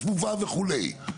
צפופה וכו'.